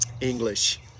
English